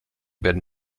werden